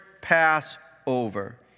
Passover